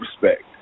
respect